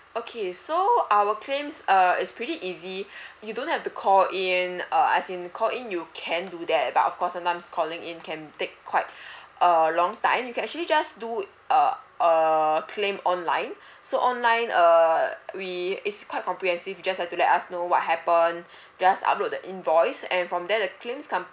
okay so our claims uh it's pretty easy you don't have to call in uh as in call in you can do that but of course sometimes calling in can take quite uh long time you can actually just do uh uh claim online so online uh we is quite comprehensive just have to let us know what happened just upload the invoice and from there the claims com~